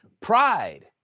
pride